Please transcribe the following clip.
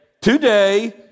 today